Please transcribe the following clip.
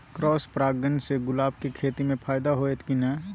Cross परागण से गुलाब के खेती म फायदा होयत की नय?